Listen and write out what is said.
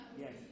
Yes